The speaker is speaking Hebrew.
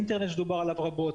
האינטרנט שדובר עליו רבות,